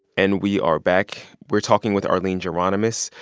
and we are back. we're talking with arline geronimus.